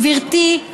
גברתי,